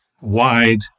wide